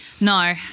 No